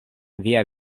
via